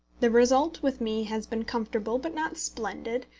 the result with me has been comfortable but not splendid,